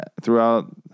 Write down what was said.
throughout